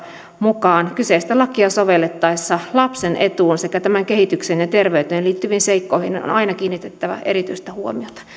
mukaan kyseistä lakia sovellettaessa lapsen etuun sekä tämän kehitykseen ja terveyteen liittyviin seikkoihin on aina kiinnitettävä erityistä huomiota